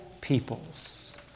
peoples